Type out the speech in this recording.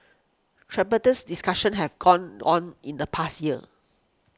tripartites discussions have gone on in the past year